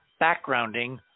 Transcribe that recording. backgrounding